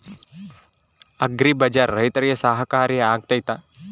Agri ಬಜಾರ್ ರೈತರಿಗೆ ಸಹಕಾರಿ ಆಗ್ತೈತಾ?